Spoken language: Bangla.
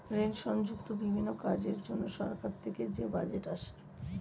রেল সংযুক্ত বিভিন্ন কাজের জন্য সরকার থেকে যে বাজেট আসে